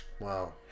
Wow